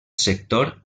sector